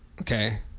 Okay